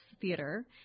Theater